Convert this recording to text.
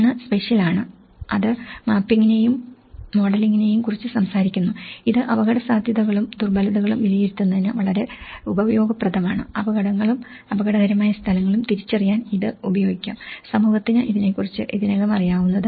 ഒന്ന് സ്പേഷ്യൽ ആണ് അത് മാപ്പിംഗിനെയും മോഡലിംഗിനെയും കുറിച്ച് സംസാരിക്കുന്നു ഇത് അപകടസാധ്യതകളും ദുർബലതയും വിലയിരുത്തുന്നതിന് വളരെ ഉപയോഗപ്രദമാണ് അപകടങ്ങളും അപകടകരമായ സ്ഥലങ്ങളും തിരിച്ചറിയാൻ ഇത് ഉപയോഗിക്കാം സമൂഹത്തിന് ഇതിനെക്കുറിച്ച് ഇതിനകം അറിയാവുന്നത്